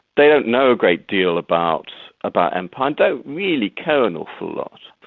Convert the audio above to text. they don't know a great deal about about empire and don't really care an awful lot.